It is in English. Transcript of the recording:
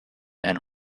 and